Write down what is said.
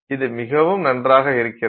இது மிகவும் நன்றாக இருக்கிறது